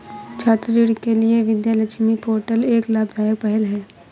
छात्र ऋण के लिए विद्या लक्ष्मी पोर्टल एक लाभदायक पहल है